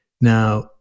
Now